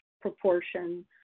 proportion